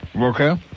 Okay